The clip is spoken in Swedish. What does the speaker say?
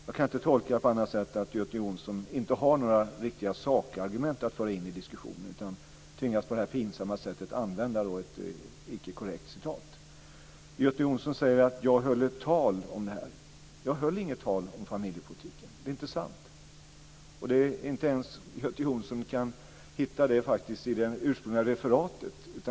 Jag kan inte tolka det på annat sätt än att Göte Jonsson inte har några riktiga sakargument att föra in i diskussionen. I stället tvingas han på det här pinsamma sättet att använda ett icke korrekt citat. Göte Jonsson säger att jag hållit tal om det här men jag höll inget tal om familjepolitiken. Det är inte sant. Inte ens Göte Jonsson kan hitta det i det ursprungliga referatet.